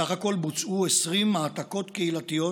סך הכול בוצעו 20 העתקות קהילתיות,